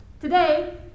today